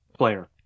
Player